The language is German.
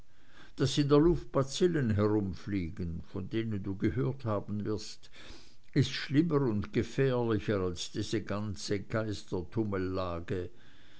daß in der luft bazillen herumfliegen von denen du gehört haben wirst ist viel schlimmer und gefährlicher als diese ganze